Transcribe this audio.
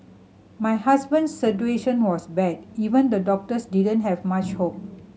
my husband situation was bad even the doctors didn't have much hope